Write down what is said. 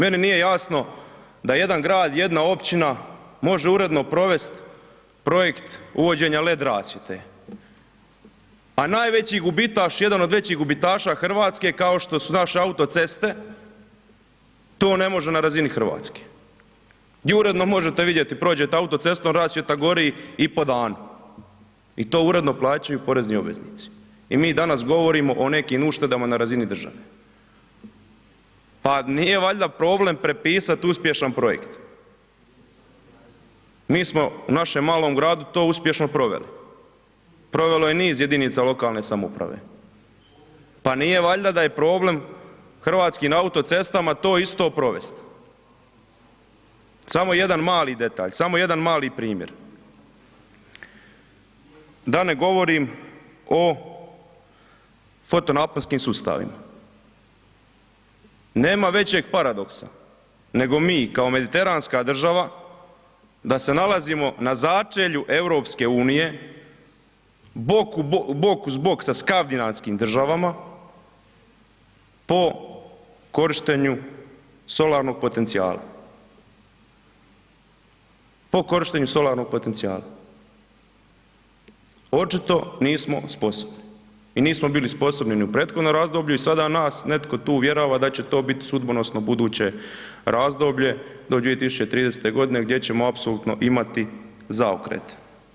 Meni nije jasno da jedan grad, jedna općina može uredno provest projekt uvođenja led rasvjete, a najveći gubitaš, jedan od većih gubitaša RH kao što su naše autoceste to ne može na razini RH di uredno možete vidjeti prođete autocestom rasvjeta gori i po danu i to uredno plaćaju porezni obveznici i mi danas govorimo o nekim uštedama na razini države, pa nije valjda problem prepisat uspješan projekt, mi smo u našem malom gradu to uspješno proveli, provelo je niz jedinica lokalne samouprave, pa nije valjda da je problem Hrvatskim autocestama to isto provest, samo jedan mali detalj, samo jedan mali primjer, da ne govorim o fotonaponskim sustavima, nema većeg paradoksa nego mi kao mediteranska država da se nalazimo na začelju EU bok uz bok sa skandinavskim državama po korištenju solarnog potencijala, po korištenju solarnog potencijala, očito nismo sposobni i nismo bili sposobni ni u prethodnom razdoblju i sada nas netko tu uvjerava da će to biti sudbonosno buduće razdoblje do 2030.g. gdje ćemo apsolutno imati zaokret.